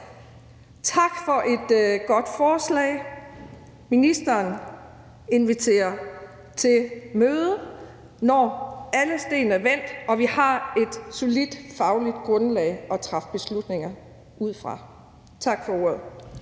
tak for et godt forslag. Ministeren inviterer til møde, når alle sten er vendt og vi har et solidt fagligt grundlag at træffe beslutninger ud fra. Tak for ordet.